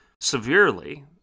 severely